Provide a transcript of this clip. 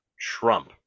Trump